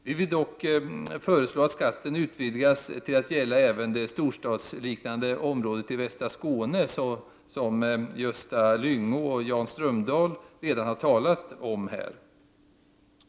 Vi vill dock föreslå att skatten utvidgas till att gälla även det storstadsliknande området i västra Skåne, så som Gösta Lyngå och Jan Strömdahl redan har talat om.